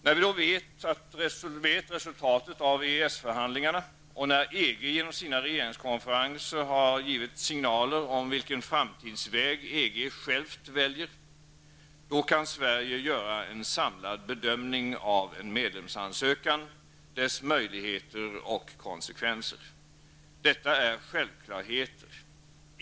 När vi vet resultatet av EES-förhandlingarna, och när EG genom sina regeringskonferenser har givit signaler om vilken framtidsväg EG självt väljer, då kan Sverige göra en samlad bedömning av en medlemsansökan, dess möjligheter och konsekvenser. Detta är själklarheter.